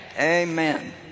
Amen